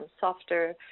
softer